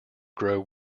grow